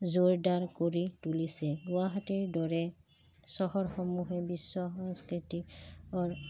জোৰদাৰ কৰি তুলিছে গুৱাহাটীৰ দৰে চহৰসমূহে বিশ্ব সংস্কৃতিকৰ